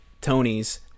Tony's